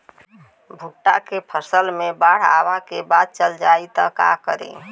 भुट्टा के फसल मे बाढ़ आवा के बाद चल जाई त का करी?